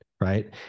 right